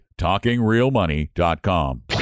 talkingrealmoney.com